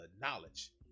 knowledge